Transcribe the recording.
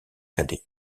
cadets